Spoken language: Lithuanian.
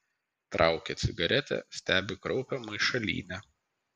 traukia cigaretę stebi kraupią maišalynę